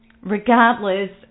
regardless